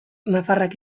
nafarrak